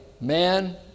man